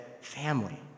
family